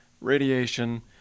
radiation